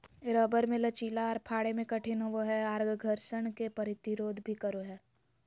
rubber मे लचीला आर फाड़े मे कठिन होवो हय आर घर्षण के प्रतिरोध भी करो हय